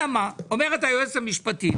אלא מה אומרת היועצת המשפטית,